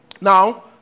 Now